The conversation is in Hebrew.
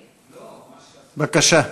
בבקשה.